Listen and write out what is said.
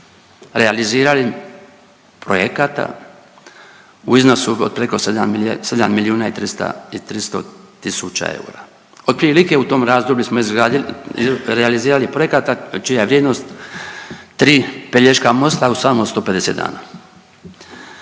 realizirali projekata u iznosu od preko sedam milijuna i 300 tisuća eura. Otprilike u tom razdoblju smo realizirali projekata čija je vrijednost tri Pelješka mosta u samo 150 dana.